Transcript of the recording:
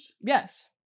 Yes